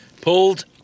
pulled